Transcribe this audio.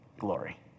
glory